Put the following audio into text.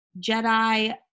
Jedi